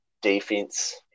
defense